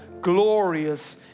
glorious